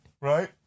Right